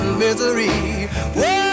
misery